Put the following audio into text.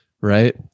Right